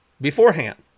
beforehand